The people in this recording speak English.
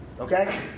Okay